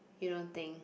you don't think